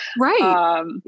Right